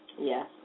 Yes